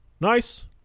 nice